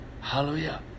Hallelujah